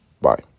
Bye